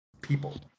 people